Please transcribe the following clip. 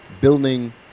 building